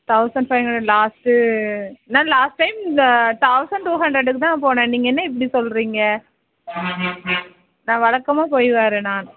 thousand five hundred last நான் last time thousand two ஹண்ட்ரடுக்கு தான் போனேன் நீங்கள் என்ன இப்படி சொல்கிறீங்க நான் வழக்கமா போய் வரேன் நான்